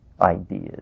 ideas